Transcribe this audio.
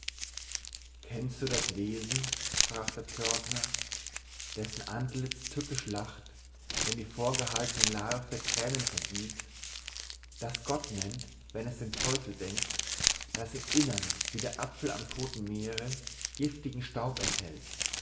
kennst du das wesen sprach der pförtner dessen antliz tückisch lacht wenn die vorgehaltene larve thränen vergießt das gott nennt wenn es den teufel denkt das im innern wie der apfel am todten meere giftigen staub enthält